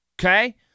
okay